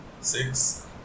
Six